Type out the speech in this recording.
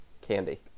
candy